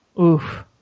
Oof